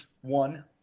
One